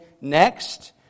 next